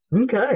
Okay